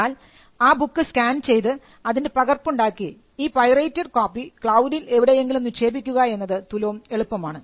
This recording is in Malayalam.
എന്നാൽ ആ ബുക്ക് സ്കാൻ ചെയ്തു അതിൻറെ പകർപ്പ് ഉണ്ടാക്കി ഈ പൈറേറ്റഡ് കോപ്പി ക്ലൌഡിൽ എവിടെയെങ്കിലും നിക്ഷേപിക്കുക എന്നത് തുലോം എളുപ്പമാണ്